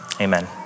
amen